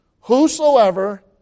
whosoever